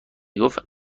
گفت